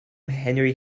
henry